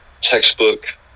textbook